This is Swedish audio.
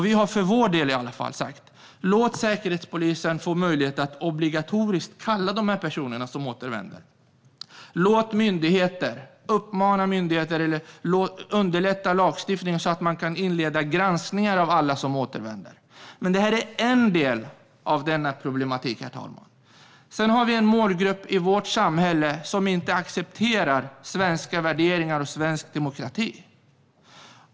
Vi har för vår del sagt: Låt säkerhetspolisen få möjlighet att obligatoriskt kalla de personer som återvänder. Uppmana myndigheter, och underlätta i lagstiftningen så att man kan inleda granskningar av alla som återvänder. Herr talman! Detta är en del av problematiken. Sedan har vi en målgrupp i vårt samhälle som inte accepterar svenska värderingar och svensk demokrati.